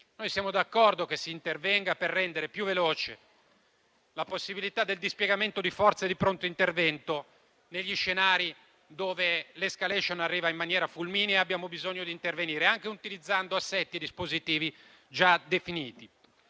Siamo d'accordo che si intervenga per rendere più veloce la possibilità del dispiegamento di forze di pronto intervento negli scenari dove l'*escalation* arriva in maniera fulminea e dove abbiamo bisogno di intervenire anche utilizzando assetti e dispositivi già definiti.